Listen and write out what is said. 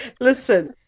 listen